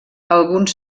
alguns